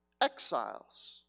exiles